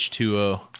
H2O